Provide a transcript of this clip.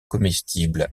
comestibles